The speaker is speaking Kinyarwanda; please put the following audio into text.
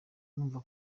numva